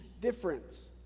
difference